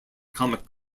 comic